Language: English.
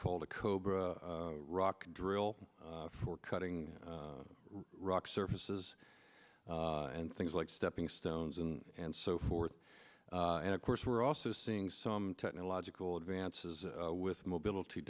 called a cobra rock drill for cutting rock surfaces and things like stepping stones and so forth and of course we're also seeing some technological advances with mobility